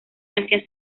asia